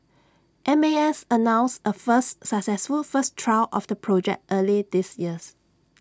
M A S announced A first successful first trial of the project early this year